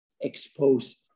exposed